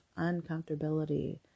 uncomfortability